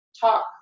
talk